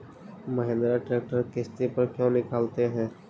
Mahindra tractor किसति पर क्यों निकालते हैं?